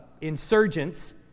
insurgents